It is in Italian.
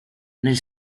nel